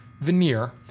veneer